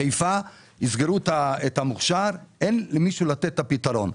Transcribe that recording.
בחיפה יסגרו את המוכשר אין למישהו לתת את הפתרון.